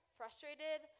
frustrated